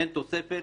אין תוספת